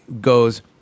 goes